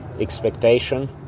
expectation